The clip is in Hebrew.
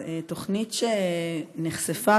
התוכנית שנחשפה,